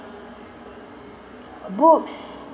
books